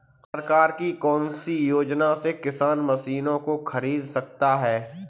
सरकार की कौन सी योजना से किसान मशीनों को खरीद सकता है?